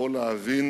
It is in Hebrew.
יכול להבין